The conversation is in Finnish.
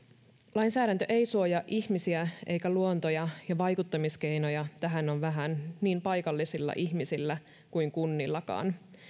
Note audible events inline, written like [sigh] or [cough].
lainsäädäntö ei suojaa ihmisiä [unintelligible] eikä luontoa ja vaikuttamiskeinoja tähän on vähän [unintelligible] niin paikallisilla ihmisillä kuin kunnillakin